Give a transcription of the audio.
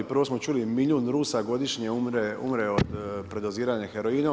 Prvo smo čuli milijun Rusa godišnje umre od predoziranja heroinom.